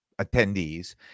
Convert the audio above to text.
attendees